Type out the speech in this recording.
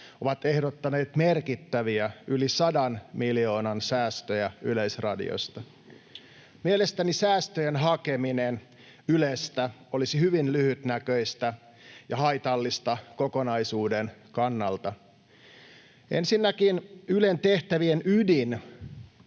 ovat ehdottaneet merkittäviä, yli 100 miljoonan säästöjä Yleisradiosta. Mielestäni säästöjen hakeminen Ylestä olisi hyvin lyhytnäköistä ja haitallista kokonaisuuden kannalta. Ensinnäkin Ylen tehtävien ydin